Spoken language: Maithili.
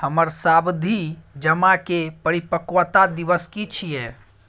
हमर सावधि जमा के परिपक्वता दिवस की छियै?